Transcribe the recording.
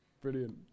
Brilliant